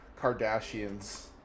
Kardashians